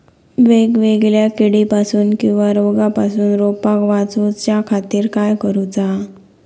वेगवेगल्या किडीपासून किवा रोगापासून रोपाक वाचउच्या खातीर काय करूचा?